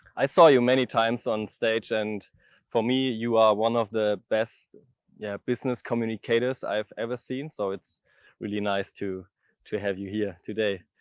i saw you many times on stage and for me you are one of the best yeah business communicators i've ever seen so it's really nice to to have you here today.